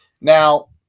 Now